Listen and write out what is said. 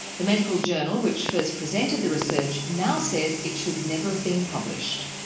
the medical journal which first presented the research, now says it should never have been published.